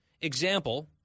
example